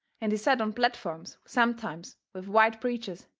and he set on platforms sometimes with white preachers,